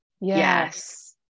yes